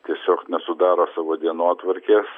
tiesiog nesudaro savo dienotvarkės